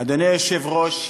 אדוני היושב-ראש,